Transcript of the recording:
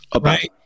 right